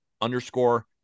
underscore